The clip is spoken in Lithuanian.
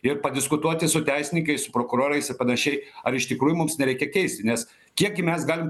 ir padiskutuoti su teisininkais su prokurorais ir panašiai ar iš tikrųjų mums nereikia keisti nes kiek gi mes galim